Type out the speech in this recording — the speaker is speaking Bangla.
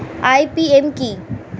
আই.পি.এম কি?